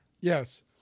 Yes